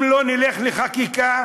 אם לא נלך לחקיקה,